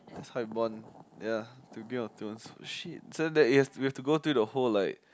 that's how we bond ya through Game-of-Thrones shit so that is we have to go through the whole like